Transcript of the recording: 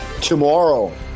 Tomorrow